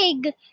big